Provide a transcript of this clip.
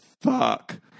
fuck